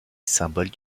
symbole